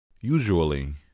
Usually